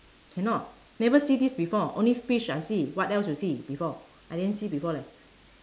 cannot never see this before only fish I see what else you see before I didn't see before leh